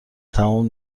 تموم